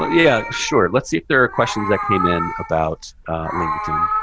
ah yeah. sure. let's see if there are questions that came in about linkedin.